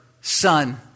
son